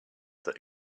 that